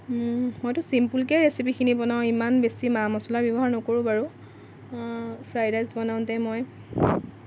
মইতো চিম্পুলকৈ ৰেচিপিখিনি বনাওঁ ইমান বেছি মা মছলা ব্যৱহাৰ নকৰোঁ বাৰু ফ্ৰাইড ৰাইচ বনাওঁতে মই